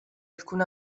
alcun